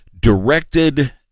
directed